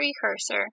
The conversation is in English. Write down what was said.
precursor